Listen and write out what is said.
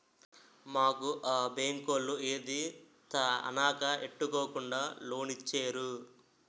మాకు ఆ బేంకోలు ఏదీ తనఖా ఎట్టుకోకుండా లోనిచ్చేరు